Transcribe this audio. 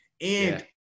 And-